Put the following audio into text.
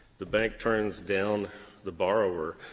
the bank turns down the borrower,